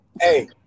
Hey